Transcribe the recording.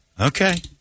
Okay